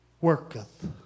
worketh